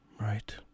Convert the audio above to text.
Right